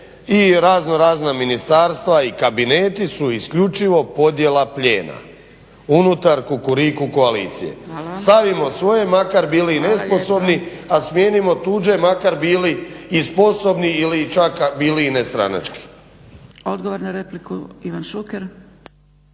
razno razna ministarstva i kabineti su isključivo podjela plijena unutar Kukuriku koalicije. …/Upadica Zgrebec: Hvala./… Stavimo svoje makar bili i nesposobni, a smijenimo tuđe makar bili i sposobni ili čak bili i nestranački.